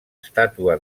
estàtua